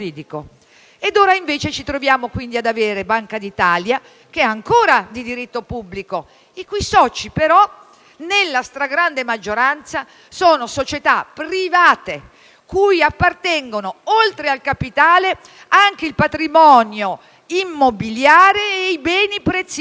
Ora, invece, ci troviamo ad avere la Banca d'Italia che è ancora di diritto pubblico i cui soci, però, nella stragrande maggioranza sono società private cui appartengono, oltre al capitale, anche il patrimonio immobiliare e i beni preziosi,